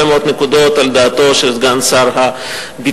מאוד נקודות על דעתו של סגן שר הביטחון.